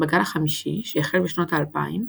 בגל החמישי, שהחל בשנות ה-2000,